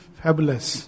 fabulous